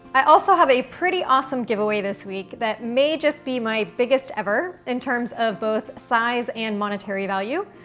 i also have a pretty awesome giveaway this week that may just be my biggest ever in terms of both size and monetary value,